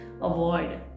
Avoid